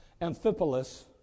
Amphipolis